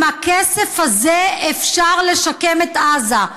עם הכסף הזה אפשר לשקם את עזה.